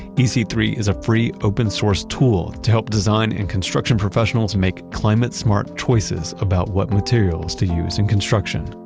e c three is a free open source tool to help design and construction professionals make climate-smart choices about what materials to use in construction.